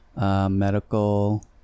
Medical